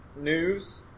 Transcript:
news